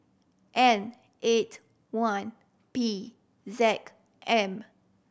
N eight one P Z M